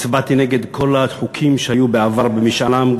בעבר הצבעתי נגד כל החוקים על משאל עם,